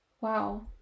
wow